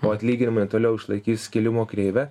o atlyginimai toliau išlaikys kilimo kreivę